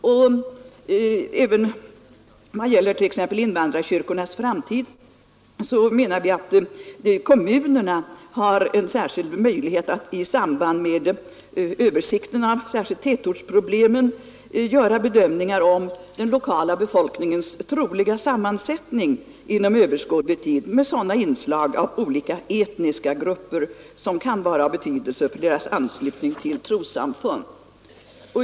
Även när det gäller de s.k. invandrarkyrkornas framtid menar vi att kommunerna har särskilda möjligheter att i samband med översikten av speciellt tätortsproblemen göra bedömningar av den lokala befolkningens troliga sammansättning inom överskådlig tid med sådana inslag av olika etniska grupper som kan vara av betydelse för deras anslutning till trossamfund.